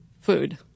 food